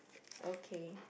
okay